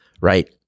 right